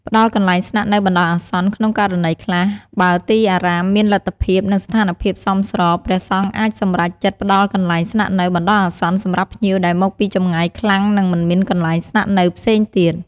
ព្រះអង្គលើកទឹកចិត្តពុទ្ធបរិស័ទឲ្យធ្វើបុណ្យទាន និងចូលរួមក្នុងការបដិសណ្ឋារកិច្ចភ្ញៀវ ដែលជាផ្នែកមួយនៃការកសាងបុណ្យកុសល និងសាមគ្គីភាពសហគមន៍។